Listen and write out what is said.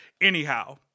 Anyhow